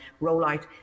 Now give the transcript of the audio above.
rollout